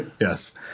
yes